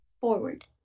forward